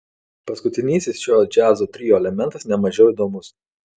paskutinysis šio džiazo trio elementas ne mažiau įdomus